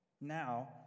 Now